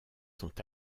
sont